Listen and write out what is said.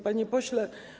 Panie Pośle!